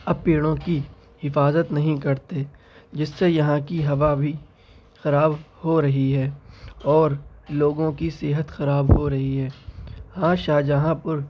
اب پیڑوں کی حفاظت نہیں کرتے جس سے یہاں کی ہوا بھی خراب ہو رہی ہے اور لوگوں کی صحت خراب ہو رہی ہے ہاں شاہجہاں پور